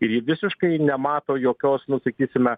ir ji visiškai nemato jokios nu sakysime